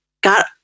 got